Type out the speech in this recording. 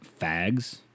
fags